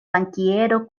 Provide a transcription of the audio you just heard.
bankiero